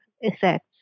effects